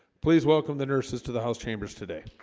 please welcome the nurses to the house chambers today